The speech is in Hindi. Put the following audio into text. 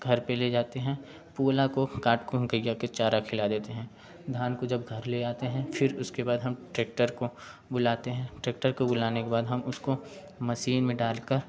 घर पर ले जाते हैं पुआल को काट को हम गैया के चारा खिला देते हैं धान को जब घर ले आते हैं फिर उसके बाद हम टेक्टर को बुलाते हैं टेक्टर को बुलाने के बाद हम उसको मशीन में डाल कर